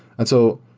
and so,